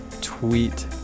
tweet